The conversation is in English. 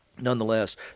nonetheless